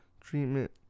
treatment